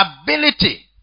ability